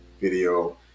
video